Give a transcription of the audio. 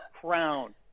crown